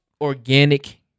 organic